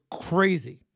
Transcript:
crazy